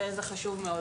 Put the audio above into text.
וזה חשוב מאוד.